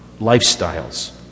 lifestyles